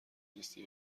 نیستی